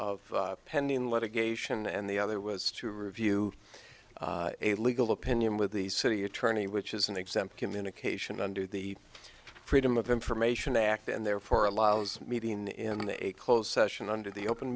of pending litigation and the other was to review a legal opinion with the city attorney which is an exempt communication under the freedom of information act and therefore allows meeting in a closed session under the open